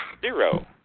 Zero